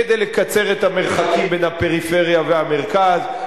לקצר את המרחקים בין הפריפריה והמרכז,